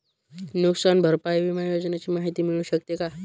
नुकसान भरपाई विमा योजनेची माहिती मिळू शकते का?